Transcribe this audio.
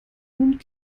nun